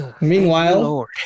Meanwhile